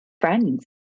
friends